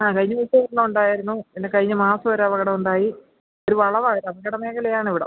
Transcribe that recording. ആ കഴിഞ്ഞ ദിവസവും ഒരെണ്ണം ഉണ്ടായിരുന്നു പിന്നെ കഴിഞ്ഞ മാസം ഒരു അപകടം ഉണ്ടായി ഒരു വളവാണ് അപകട മേഖലയാണ് അവിടം